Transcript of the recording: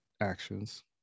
actions